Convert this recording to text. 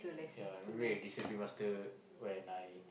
yeah we have discipline master when I